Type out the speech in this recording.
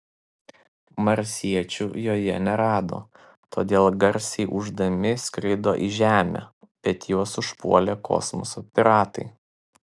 marsiečių joje nerado todėl garsiai ūždami skrido į žemę bet juos užpuolė kosmoso piratai